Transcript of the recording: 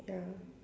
ya